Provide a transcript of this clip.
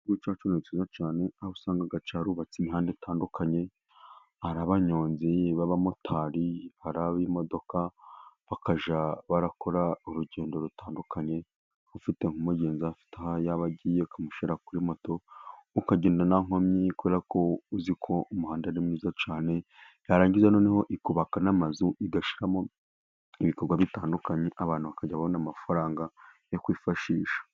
Igihugu cyacu kiba cyiza cyane, aho usanga agace barubatse imihanda itandukanye, ari abanyonzi b'abamotari, ari ab'imodoka, bakajya bakora urugendo rutandukanye, ufite nk'umugenzi afite aho yaba agiye akamushyira kuri moto, ukagenda nta nkomyi kuko uzi ko umuhanda ari mwiza cyane, yarangiza noneho ikubaka n'amazu igashyiramo ibikorwa bitandukanye, abantu bakajya babona amafaranga yo kwifashisha.